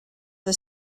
the